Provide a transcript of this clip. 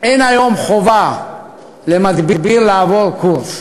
אין היום למדביר חובה לעבור קורס,